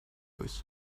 pose